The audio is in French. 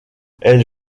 elle